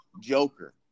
Joker